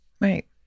Right